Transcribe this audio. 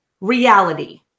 reality